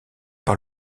par